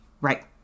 Right